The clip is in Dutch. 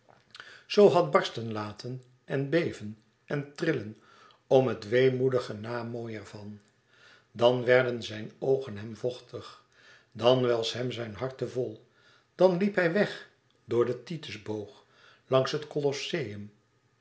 zoo had barsten laten en beven en trillen om het weemoedige na mooi er van dan werden zijne oogen hem vochtig dan was hem zijn hart te vol dan liep hij weg door den titus boog langs het colosseum